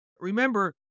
Remember